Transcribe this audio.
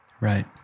Right